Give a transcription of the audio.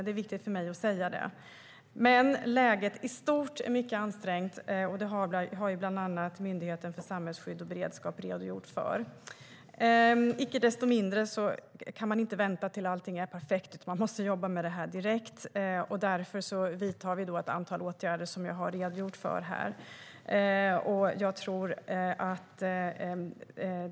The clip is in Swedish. Det är viktigt för mig att säga det. Men läget i stort är mycket ansträngt. Det har bland annat Myndigheten för samhällsskydd och beredskap redogjort för. Icke desto mindre kan man inte vänta tills allt är perfekt, utan man måste jobba med dessa frågor direkt. Därför vidtar regeringen ett antal åtgärder som jag har redogjort för här.